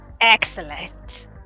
Excellent